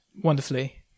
wonderfully